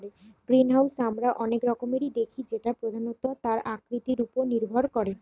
greenhouse আমরা অনেক রকমের দেখি যেটা প্রধানত তার আকৃতি উপর নির্ভর করে